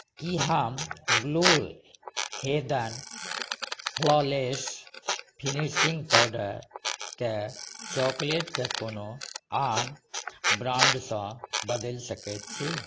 कि हम blue heaven flawless finishing पाउडरके चॉकलेटकेँ कोनो आन ब्रान्डसँ बदलि सकै छी